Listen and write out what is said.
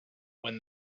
when